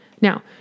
Now